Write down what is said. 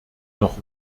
noch